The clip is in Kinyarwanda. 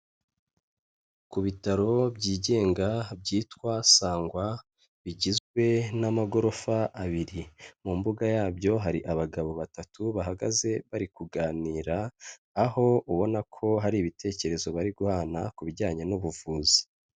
Ku bitaro byigenga byitwa Sangwa, bigizwe n'amagorofa abiri, mu mbuga yabyo hari abagabo batatu bahagaze bari kuganira, aho ubona ko hari ibitekerezo bari guhana ku bijyanye n'ubuvuzi.